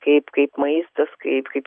kaip kaip maistas kaip kaip